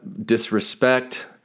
disrespect